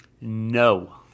No